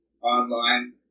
online